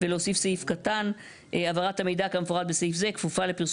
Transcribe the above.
ולהוסיף סעיף קטן "העברת המידע כמפורט בסעיף זה כפופה לפרסו